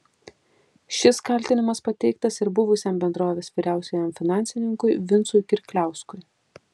šis kaltinimas pateiktas ir buvusiam bendrovės vyriausiajam finansininkui vincui kirkliauskui